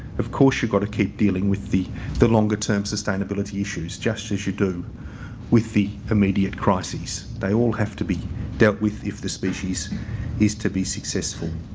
of course, you got to keep dealing with the the longer term sustainability issues just as you do with the immediate crises. they all have to be dealt with if the species is to be successful.